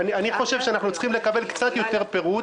אני חושב שאנחנו צריכים לקבל קצת יותר פירוט.